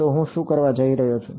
તો હું શું કરવા જઈ રહ્યો છું